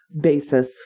basis